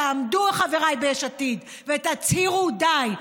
תעמדו, חבריי ביש עתיד, ותצהירו: די.